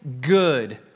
good